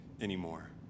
anymore